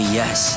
yes